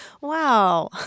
Wow